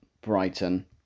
Brighton